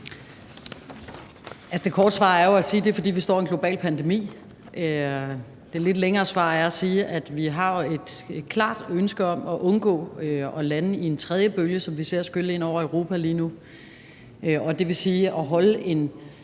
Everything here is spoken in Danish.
Det korte svar er jo at sige, at det er, fordi vi står i en global pandemi. Det lidt længere svar er at sige, at vi jo har et klart ønske om at undgå at lande i en tredje bølge, som vi ser skylle ind over Europa lige nu, og det vil sige at holde en